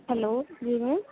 hello जी ma'am